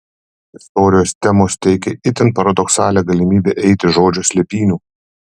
istorijos temos teikė itin paradoksalią galimybę eiti žodžio slėpynių